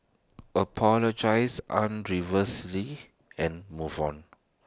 apologise an reversely and move on